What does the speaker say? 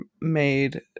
made